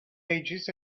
ages